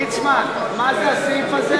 ליצמן, מה זה הסעיף הזה?